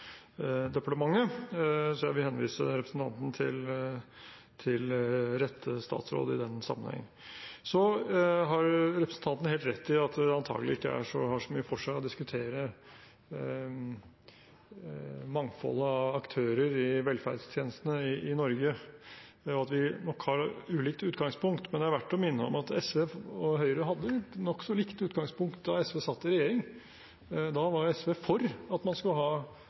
så jeg vil henvise representanten til rett statsråd i den sammenheng. Så har representanten helt rett i at det antakelig ikke har så mye for seg å diskutere mangfoldet av aktører i velferdstjenestene i Norge, og at vi nok har ulikt utgangspunkt. Men det er verdt å minne om at SV og Høyre hadde nokså likt utgangspunkt da SV satt i regjering. Da var SV for at man skulle ha